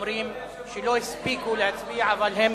אומרים שלא הספיקו להצביע אבל הם